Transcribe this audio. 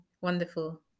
wonderful